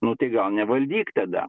nu tai gal nevaldyk tada